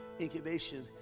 Incubation